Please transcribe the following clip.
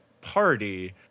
party